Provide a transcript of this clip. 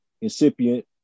incipient